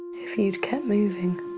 if you'd kept moving.